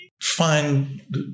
find